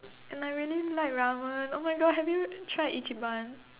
and I really like Ramen oh my God have you tried ichiban